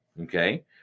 Okay